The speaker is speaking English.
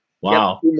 Wow